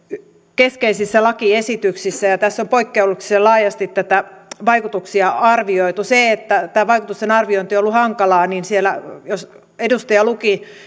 keskeisissä lakiesityksissä ja tässä on poikkeuksellisen laajasti näitä vaikutuksia arvioitu siihen että tämä vaikutusten arviointi on ollut hankalaa jos edustaja luki